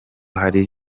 hari